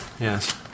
Yes